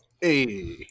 Hey